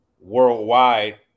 worldwide